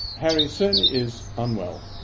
harry certainly is unwell,